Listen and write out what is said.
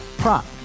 prop